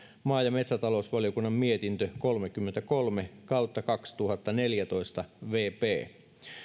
maa ja metsätalousvaliokunnan mietintö kolmekymmentäkolme kautta kaksituhattaneljätoista vp